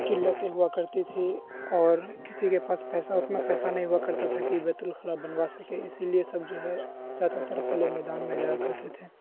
قلتیں ہوا کرتی تھی اور کسی کے پاس پیسہ اتنا پیسہ نہیں ہوا کرتا تھا کہ بیت الخلاء بنوا سکے اسی لیے سب جو ہے جادہ تر خلے میدان میں جایا کرتے تھے